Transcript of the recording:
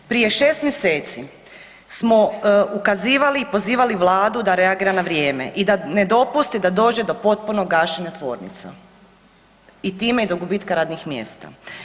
Prije 6. mjeseci smo ukazivali i pozivali vladu da reagira na vrijeme i da ne dopusti da dođe do potpunog gašenja tvornica i time i do gubitka radnih mjesta.